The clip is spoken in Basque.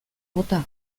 bota